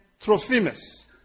Trophimus